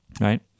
Right